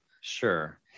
Sure